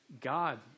God